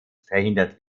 verhindert